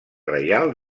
reial